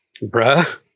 bruh